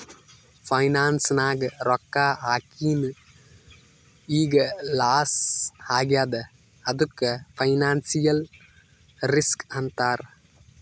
finance ನಾಗ್ ರೊಕ್ಕಾ ಹಾಕಿನ್ ಈಗ್ ಲಾಸ್ ಆಗ್ಯಾದ್ ಅದ್ದುಕ್ ಫೈನಾನ್ಸಿಯಲ್ ರಿಸ್ಕ್ ಅಂತಾರ್